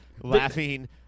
laughing